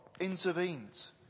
intervenes